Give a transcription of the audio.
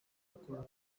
gukorera